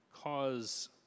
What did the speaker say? cause